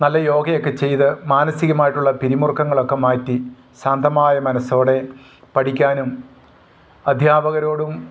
നല്ല യോഗയൊക്കെ ചെയ്ത് മാനസികമായിട്ടുള്ള പിരിമുറുക്കങ്ങളൊക്കെ മാറ്റി ശാന്തമായ മനസ്സോടെ പഠിക്കാനും അധ്യാപകരോടും